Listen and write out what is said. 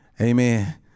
Amen